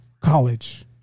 college